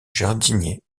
jardinier